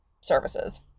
services